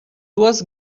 duos